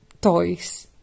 toys